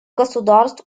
государств